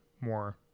more